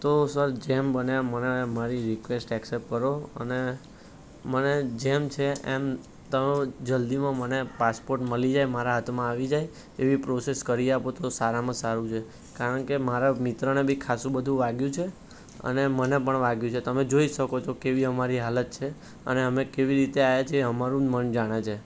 તો સર જેમ બને એમ મને મારી રિક્વેસ્ટ એક્સેપ્ટ કરો અને મને જેમ છે એમ તમે જલ્દીમાં મને પાસપોર્ટ મલી જાય મારા હાથમાં આવી જાય એવી પ્રોસેસ કરી આપો તો સારામાં સારું છે કારણ કે મારા મિત્રને બી ખાસું બધું વાગ્યું છે અને મને પણ વાગ્યું છે તમે જોઈ શકો છો કેવી અમારી હાલત છે અને અમે કેવી રીતે આયા છીએ એ અમારું મન જાણે છે